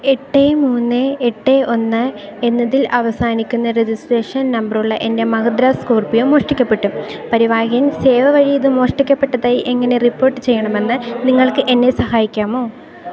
എട്ട് മൂന്ന് എട്ട് ഒന്ന് എന്നതിൽ അവസാനിക്കുന്ന രജിസ്ട്രേഷൻ നമ്പറുള്ള എൻ്റെ മഹിന്ദ്ര സ്കോർപിയോ മോഷ്ടിക്കപ്പെട്ടു പരിവാഹൻ സേവ വഴി ഇത് മോഷ്ടിക്കപ്പെട്ടതായി എങ്ങനെ റിപ്പോർട്ട് ചെയ്യണമെന്ന് നിങ്ങൾക്കെന്നെ സഹായിക്കാമോ